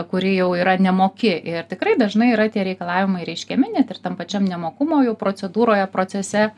kuri jau yra nemoki ir tikrai dažnai yra tie reikalavimai reiškiami net ir tam pačiam nemokumo jau procedūroje procese